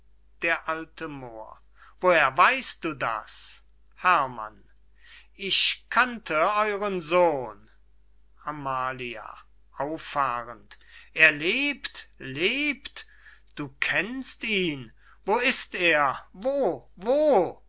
d a moor woher weist du das herrmann ich kannte euren sohn amalia auffahrend er lebt lebt du kennst ihn wo ist er wo wo